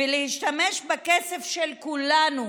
ולהשתמש בכסף של כולנו